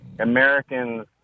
Americans